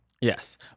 Yes